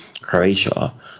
Croatia